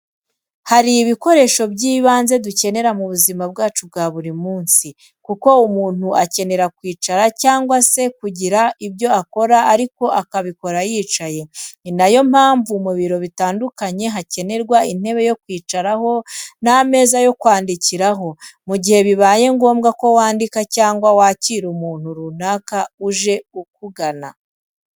Hari ibikoresho by'ibanze dukenera mu buzima bwacu bwa buri munsi kuko umuntu akenera kwicara cyangwa se kugira ibyo akora ariko akabikora yicaye. Ni na yo mpamvu mu biro bitandukanye hakenerwa intebe yo kwicaraho n'ameza yo kwandikiraho mu gihe bibaye ngombwa ko wandika cyangwa wakira umuntu runaka uje ukugana.